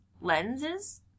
lenses